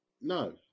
no